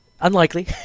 unlikely